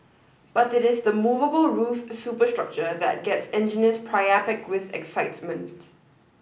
but it is the movable roof superstructure that gets engineers priapic with excitement